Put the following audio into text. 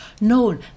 No